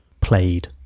played